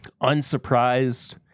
unsurprised